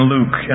Luke